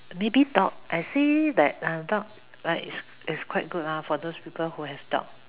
maybe dog I see that uh dog like is is quite good lah for those people who have dog